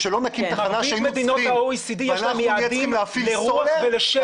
למדינות ה-OECD יש יעדים לרוח ולשמש.